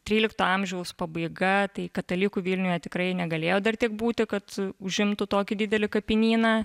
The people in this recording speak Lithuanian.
trylikto amžiaus pabaiga tai katalikų vilniuje tikrai negalėjo dar tiek būti kad užimtų tokį didelį kapinyną